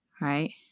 right